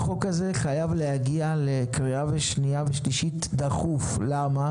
החוק הזה חייב להגיע לקריאה שנייה ושלישית דחוף מכיוון